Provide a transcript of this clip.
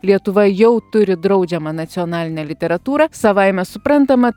lietuva jau turi draudžiamą nacionalinę literatūrą savaime suprantama